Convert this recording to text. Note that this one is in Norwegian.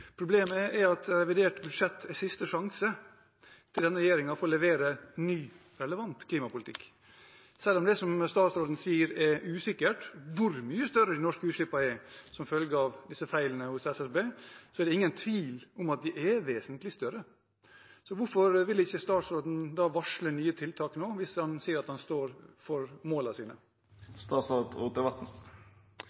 Problemet er at revidert budsjett er den siste sjansen for denne regjeringen til å levere ny, relevant klimapolitikk. Selv om det er usikkert – som statsråden sier – hvor mye større de norske utslippene er som følge av disse feilene hos SSB, er det ingen tvil om at de er vesentlig større. Så hvorfor vil ikke statsråden da varsle nye tiltak nå, hvis han sier at han står for målene sine?